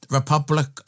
Republic